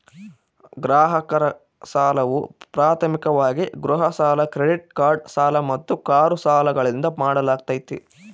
ಗ್ರಾಹಕರ ಸಾಲವು ಪ್ರಾಥಮಿಕವಾಗಿ ಗೃಹ ಸಾಲ ಕ್ರೆಡಿಟ್ ಕಾರ್ಡ್ ಸಾಲ ಮತ್ತು ಕಾರು ಸಾಲಗಳಿಂದ ಮಾಡಲಾಗ್ತೈತಿ